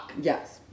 Yes